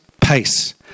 pace